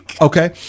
Okay